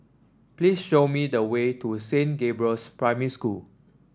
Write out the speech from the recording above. please show me the way to Saint Gabriel's Primary School